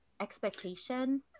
expectation